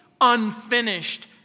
unfinished